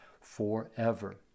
forever